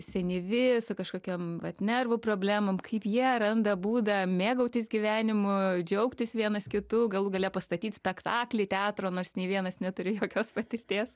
senivi su kažkokiom vat nervų problemom kaip jie randa būdą mėgautis gyvenimu džiaugtis vienas kitu galų gale pastatyt spektaklį teatro nors nė vienas neturi jokios patirties